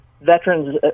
veterans